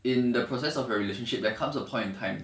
in the process of a relationship there comes a point in time